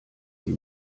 sie